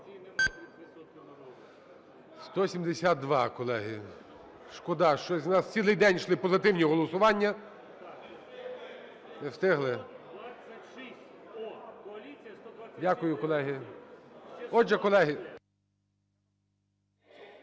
172, колеги. Шкода, щось у нас цілий день йшли позитивні голосування… (Шум у залі) Не встигли. Дякую, колеги. Отже, колеги…